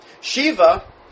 Shiva